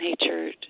natured